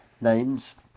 Names